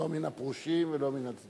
לא מן הפרושים ולא מן הצדוקים.